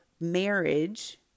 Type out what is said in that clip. marriage